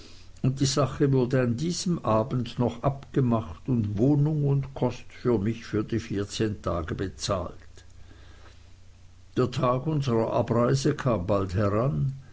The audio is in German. und die sache wurde diesen abend noch abgemacht und wohnung und kost für mich für die vierzehn tage bezahlt der tag unserer abreise kam bald heran